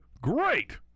great